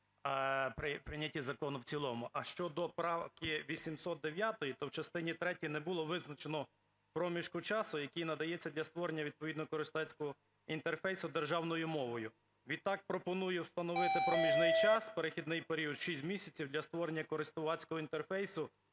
прийнятті закону в цілому. А щодо правки 809, то в частині третій не було визначено проміжку часу, який надається для створення відповідного користувацького інтерфейсу державною мовою. Відтак пропоную встановити проміжний час, перехідний період в 6 місяців, для створення користувацького інтерфейсу